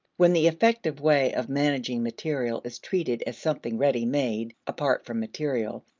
when the effective way of managing material is treated as something ready-made apart from material,